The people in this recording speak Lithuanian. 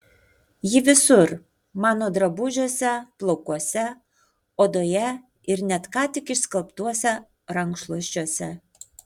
ji visur mano drabužiuose plaukuose odoje ir net ką tik išskalbtuose rankšluosčiuose